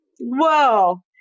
whoa